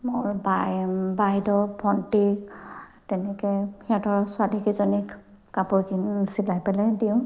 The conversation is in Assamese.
মোৰ বাইদেউ ভণ্টি তেনেকে সিহঁতৰ ছোৱালীকিজনীক কাপোৰ কিনি চিলাই পেলাই দিওঁ